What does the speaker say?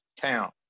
town